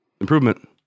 improvement